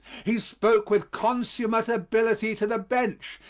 he spoke with consummate ability to the bench,